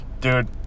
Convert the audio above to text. dude